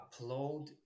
upload